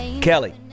Kelly